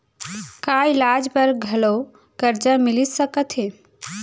का इलाज बर घलव करजा मिलिस सकत हे?